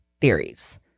theories